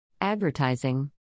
Advertising